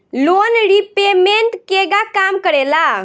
Loan repayment केगा काम करेला?